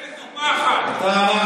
תגיד לי?